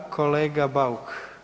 Kolega Bauk.